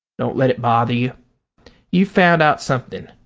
don't let it bother you. you've found out something.